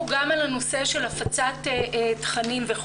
גם על הנושא של הפצת תכנים וכולי.